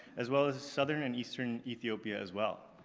as well as southern and eastern ethiopia as well.